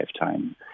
lifetime